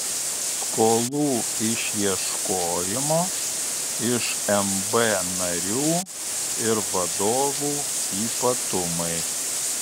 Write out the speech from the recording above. skolų išieškojimo iš mb narių ir vadovų ypatumai